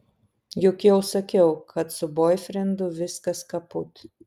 juk jau sakiau kad su boifrendu viskas kaput